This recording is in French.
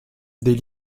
des